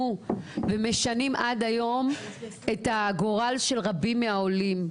ומשנים עד היום את הגורל של רבים מהעולים.